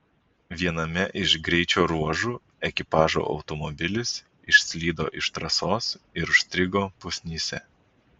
viename iš greičio ruožų ekipažo automobilis išslydo iš trasos ir užstrigo pusnyse